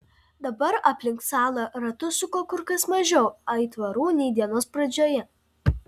dabar aplink salą ratus suko kur kas mažiau aitvarų nei dienos pradžioje